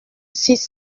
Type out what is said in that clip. six